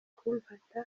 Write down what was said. kumfata